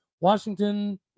Washington